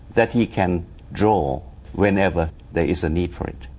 that he can draw whenever there is a need for it.